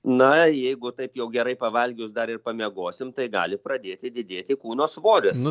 na jeigu taip jau gerai pavalgius dar ir pamiegosim tai gali pradėti didėti kūno svoris